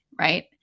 right